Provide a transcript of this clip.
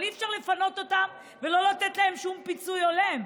אבל אי-אפשר לפנות אותם ולא לתת להם שום פיצוי הולם.